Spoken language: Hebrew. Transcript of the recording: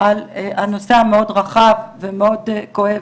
על הנושא המאוד רחב ומאוד כואב,